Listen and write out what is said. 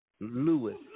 Lewis